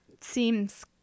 seems